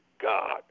God